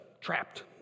trapped